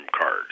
card